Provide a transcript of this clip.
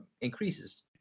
increases